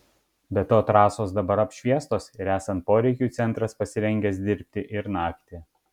be to trasos dabar apšviestos ir esant poreikiui centras pasirengęs dirbti ir naktį